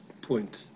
point